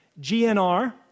GNR